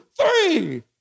three